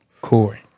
Corey